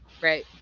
right